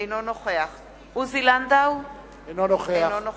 אינו נוכח עוזי לנדאו, אינו נוכח